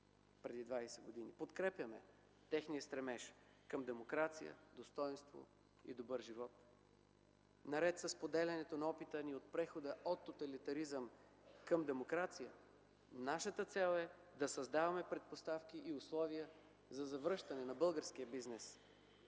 преди 20 години. Подкрепяме техния стремеж към демокрация, достойнство и добър живот. Наред със споделянето на опита ни от прехода от тоталитаризъм към демокрация, нашата цел е да създаваме предпоставки и условия за завръщане на българския бизнес